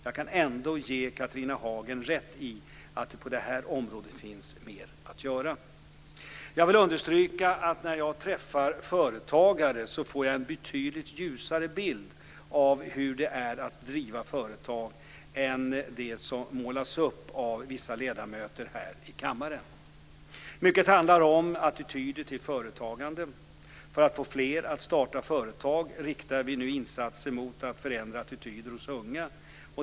Jag kan ändå ge Catharina Hagen rätt i att det på det här området finns mer att göra. Jag vill understryka att när jag träffar företagare får jag en betydligt ljusare bild av hur det är att driva företag än den som målas upp av vissa ledamöter här i kammaren. Mycket handlar om attityder till företagande. För att få fler att starta företag riktar vi nu insatser mot att förändra attityder hos unga.